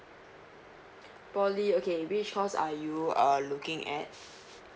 poly okay which course are you uh looking at